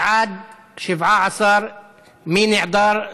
בעד, 17. מי נעדר?